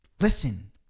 Listen